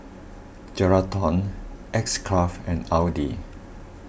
Geraldton X Craft and Audi